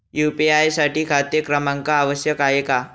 UPI साठी खाते क्रमांक आवश्यक आहे का?